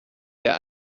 der